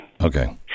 Okay